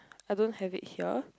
I don't have it here